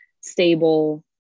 stable